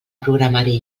programari